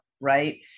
right